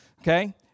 Okay